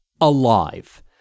alive